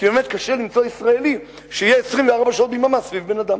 כי באמת קשה למצוא ישראלי שיהיה 24 שעות ביממה סביב בן-אדם.